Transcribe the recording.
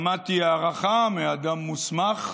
שמעתי הערכה מאדם מוסמך: